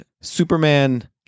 superman